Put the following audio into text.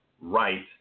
right